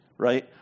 right